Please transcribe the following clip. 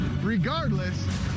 Regardless